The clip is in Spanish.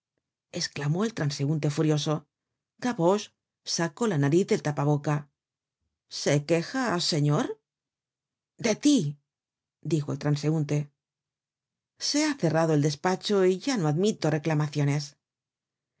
esclamó el transeunte furioso gavroche sacó la nariz del tapa boca se queja el señor de tí dijo el transeunte se ha cerrado el despacho y ya no admito reclamaciones